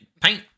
Paint